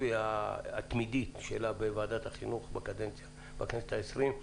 התמידית שלה בוועדת החינוך בכנסת העשרים.